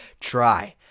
try